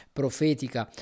profetica